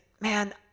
man